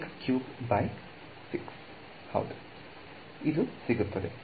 ವಿದ್ಯಾರ್ಥಿ x cube by 6